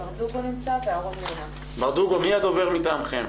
ברדוגו, מי הדובר מטעמכם?